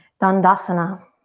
dundasana.